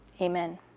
Amen